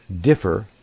differ